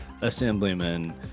assemblyman